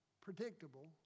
predictable